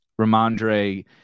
Ramondre